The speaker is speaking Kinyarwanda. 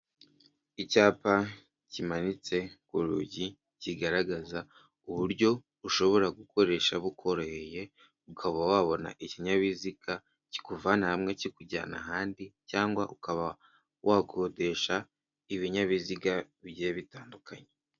Icyapa kimanitse ku rugi kigaragaza uburyo ushobora gukoresha bukoroheye ukaba wabona ikinyabiziga kikuvana hamwe kikujyana ahandi cyangwa ukaba wakodesha ibinyabiziga bigiye bitandukanye.